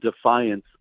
defiance